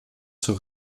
zur